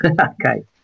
Okay